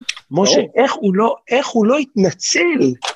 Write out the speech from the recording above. משה, איך הוא לא, איך הוא לא התנצל?